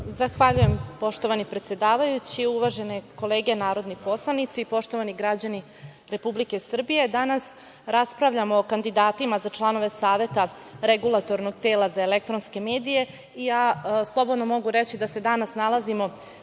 Zahvaljujem, poštovani predsedavajući. Uvažene kolege narodni poslanici, poštovani građani Republike Srbije, danas raspravljamo o kandidatima za članove Saveta REM i ja slobodno mogu reći da se danas nalazimo